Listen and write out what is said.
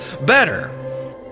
better